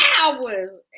hours